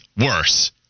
worse